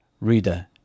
Reader